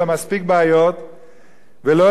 ולא להאשים את הצנזורה הצבאית